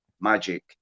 magic